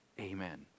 Amen